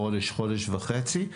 חודש-חודש וחצי,